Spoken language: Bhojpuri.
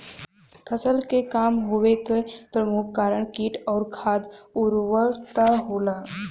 फसल क कम होवे क प्रमुख कारण कीट और खाद उर्वरता होला